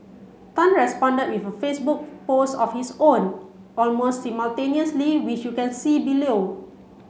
tan responded with a Facebook post of his own almost simultaneously which you can see below